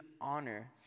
honor